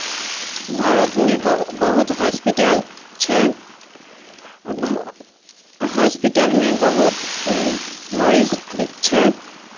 भारतमे ब बहुत हॉस्पिटल छै आ बहु हॉस्पिटलमे बहुत मरीज भी छै